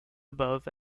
above